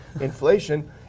inflation